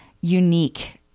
unique